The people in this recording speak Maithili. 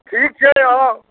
ठीक छै आउ